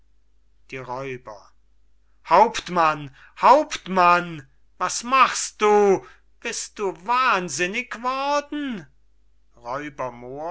die räuber hauptmann hauptmann was machst du bist du wahnsinnig worden